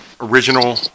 original